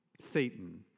Satan